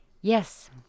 Yes